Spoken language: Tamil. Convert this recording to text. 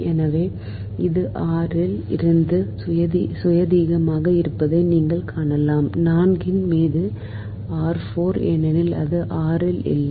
எனவே இது r இல் இருந்து சுயாதீனமாக இருப்பதை நீங்கள் காணலாம் 4 ன் மீது ஏனெனில் அது r இல் இல்லை